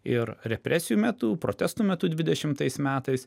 ir represijų metu protestų metu dvidešimtais metais